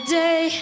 day